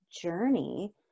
journey